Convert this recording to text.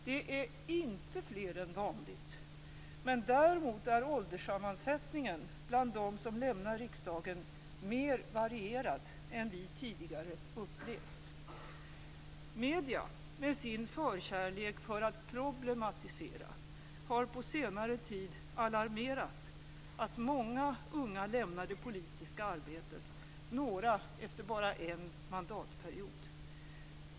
Det är inte fler än vanligt, men däremot är ålderssammansättningen bland dem som lämnar riksdagen mer varierad än vi tidigare upplevt. Medierna, med sin förkärlek för att problematisera, har på senare tid alarmerat om att många unga lämnar det politiska arbetet, några efter bara en mandatperiod.